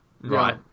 Right